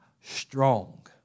strong